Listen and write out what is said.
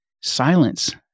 Silence